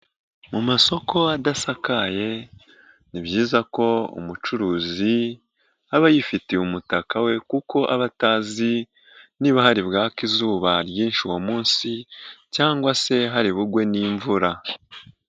Mu masoko adasakaye ni byiza ko umucuruzi aba yifitiye umutaka we kuko aba atazi niba hari bwake izuba ryinshi uwo munsi, cyangwa se hari bugwe n'imvura.